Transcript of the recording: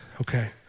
okay